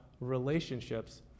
relationships